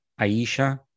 Aisha